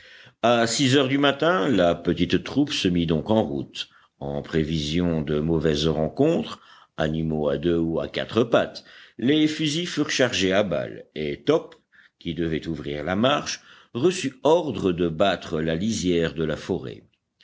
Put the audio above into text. à six heures du matin la petite troupe se mit donc en route en prévision de mauvaises rencontres animaux à deux ou à quatre pattes les fusils furent chargés à balle et top qui devait ouvrir la marche reçut ordre de battre la lisière de la forêt